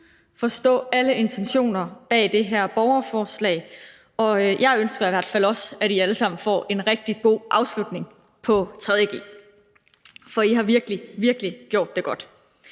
forstå alle intentioner bag det her borgerforslag. Og jeg ønsker i hvert fald også, at I alle sammen får en rigtig god afslutning på 3. g, for I har virkelig, virkelig gjort det godt.